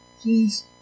please